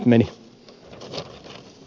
arvoisa puhemies